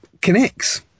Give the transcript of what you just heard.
connects